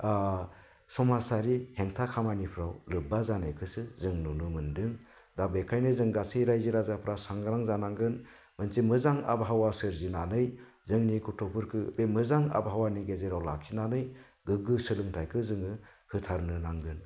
समाजारि हेंथा खामानिफोराव लोब्बा जानायखौसो जों नुनो मोन्दों दा बेनिखायनो जों गासै रायजो राजाफोरा सांग्रा जानांगोन मोनसे मोजां आबहावा सोरजिनानै जोंनि गथ'फोरखौ बे मोजां आबहावानि गेजेराव लाखिनानै गोग्गो सोलोंथाइखौ जोङो होथारनो नांगोन